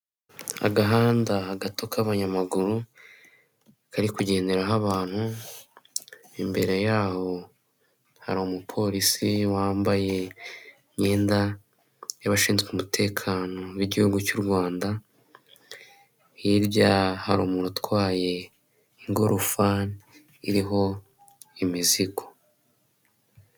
Agahanda gato k'abanyamaguru kari kugenderaho abantu imbere yaho hari umupolisi wambaye imyenda y'abashinzwe umutekano w'iguhugu cy' u Rwanda hirya hari umuntu utwaye ingorofani iriho imizigo.